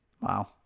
Wow